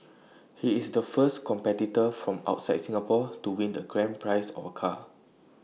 he is the first competitor from outside Singapore to win the grand prize of A car